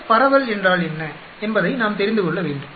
F பரவல் என்றால் என்ன என்பதை நாம் தெரிந்து கொள்ள வேண்டும்